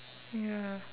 ya